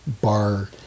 bar